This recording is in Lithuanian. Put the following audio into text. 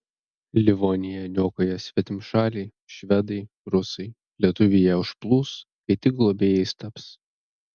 livoniją niokoja svetimšaliai švedai rusai lietuviai ją užplūs kai tik globėjais taps